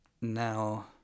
now